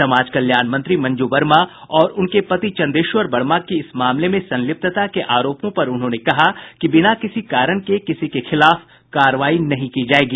समाज कल्याण मंत्री मंजू वर्मा और उनके पति चंदेश्वर वर्मा की इस मामले में संलिप्तता के आरोपों पर उन्होंने कहा कि बिना किसी कारण के किसी के खिलाफ कार्रवाई नहीं की जायेगी